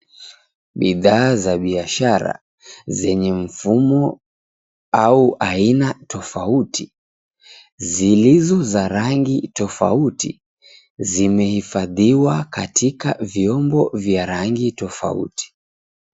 Bidhaa za biashara zenye mvumo au aina tofauti zilizo za rangi tofauti zimehifadhiwa katika vyombo vya rangi tofauti.